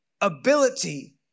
ability